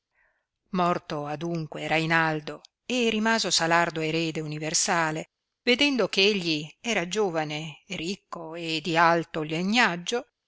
morto adunque rainaldo e rimaso salardo erede universale vedendo che egli era giovane ricco e di alto legnaggio